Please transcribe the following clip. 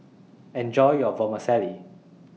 Enjoy your Vermicelli